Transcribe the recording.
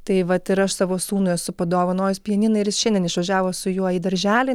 tai vat ir aš savo sūnui esu padovanojus pianiną ir jis šiandien išvažiavo su juo į darželį